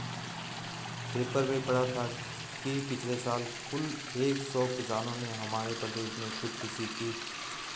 paper में पढ़ा था कि पिछले साल कुल एक सौ किसानों ने हमारे प्रदेश में खुदकुशी की